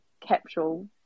capsule